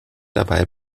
dabei